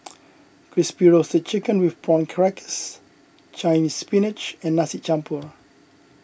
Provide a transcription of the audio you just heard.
Crispy Roasted Chicken with Prawn Crackers Chinese Spinach and Nasi Champur